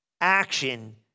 action